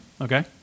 Okay